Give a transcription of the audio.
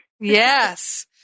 Yes